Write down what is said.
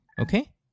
Okay